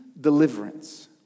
deliverance